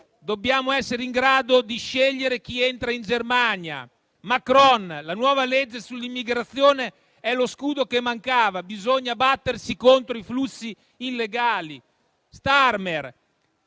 dobbiamo essere in grado di scegliere chi entra in Germania. Macron dice che la nuova legge sull'immigrazione è lo scudo che mancava e che bisogna battersi contro i flussi illegali. Starmer